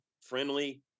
friendly